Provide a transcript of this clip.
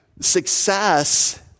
Success